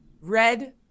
red